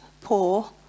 poor